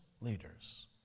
leaders